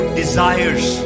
desires